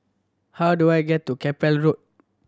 how do I get to Keppel Road